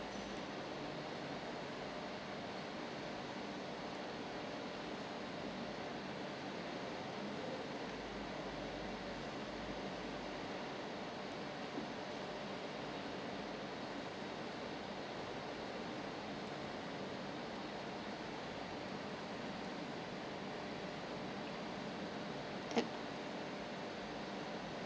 ya